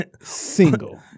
single